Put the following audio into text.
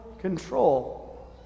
control